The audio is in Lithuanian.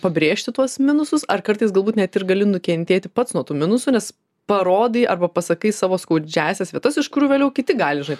pabrėžti tuos minusus ar kartais galbūt net ir gali nukentėti pats nuo tų minusų nes parodai arba pasakai savo skaudžiąsias vietas iš kurių vėliau kiti gali